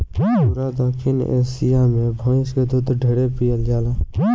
पूरा दखिन एशिया मे भइस के दूध ढेरे पियल जाला